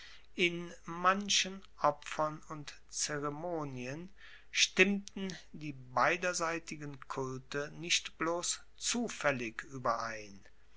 in manchen opfern und zeremonien stimmten die beiderseitigen kulte nicht bloss zufaellig ueberein